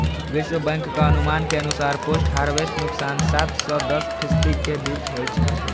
विश्व बैंकक अनुमान के अनुसार पोस्ट हार्वेस्ट नुकसान सात सं दस फीसदी के बीच होइ छै